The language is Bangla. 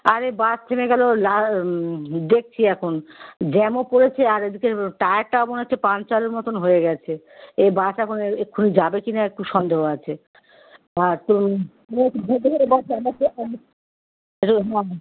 আরে বাস থেমে গেল লার দেখছি এখন জ্যামও পড়েছে আর এদিকে টায়ারটাও মনে হচ্ছে পাংচারের মতন হয়ে গেছে এই বাস এখন এক্ষুণি যাবে কি না একটু সন্দেহ আছে তো